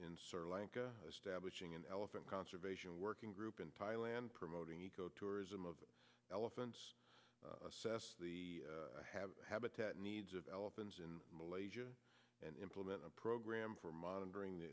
sir lanka establishing an elephant conservation working group in thailand promoting eco tourism of elephants assess the have habitat needs of elephants in malaysia and implement a program for monitoring